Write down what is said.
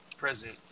Present